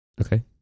Okay